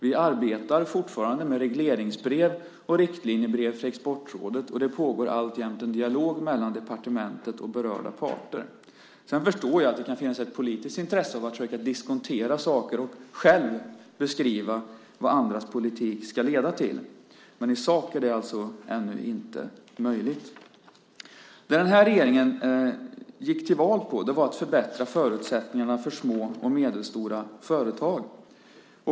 Vi arbetar fortfarande med regleringsbrev och riktlinjebrev till Exportrådet, och det pågår alltjämt en dialog mellan departementet och berörda parter. Jag förstår att det kan finnas ett politiskt intresse av att försöka diskontera saker och själv beskriva vad andras politik ska leda till, men i sak är det alltså ännu inte möjligt. Det som den här regeringen gick till val på var att förbättra förutsättningarna för små och medelstora företag.